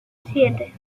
siete